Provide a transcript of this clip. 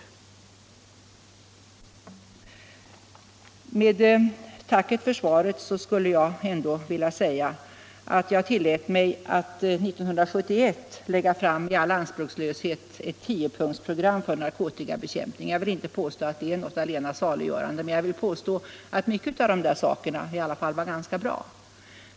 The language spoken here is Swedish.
I mitt tack för svaret skulle jag ändå vilja påpeka att jag tillät mig att 1971 i all anspråklöshet lägga fram ett tiopunktsprogram för narkotikabekämpningen. Jag vill inte påstå att det är något allena saliggörande, men jag vill påstå att många av de där sakerna i alla fall var ganska bra.